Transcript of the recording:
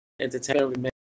entertainment